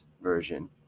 version